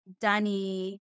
Danny